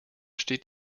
steht